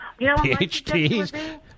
PhDs